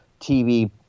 TV